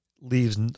leaves